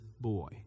boy